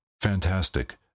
Fantastic